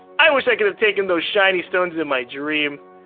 i wish i could have taken those shiny stones in my dream.